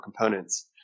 components